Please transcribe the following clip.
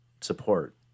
support